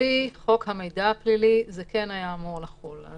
לפי חוק המידע הפלילי זה כן היה אמור לחול.